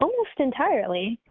almost entirely.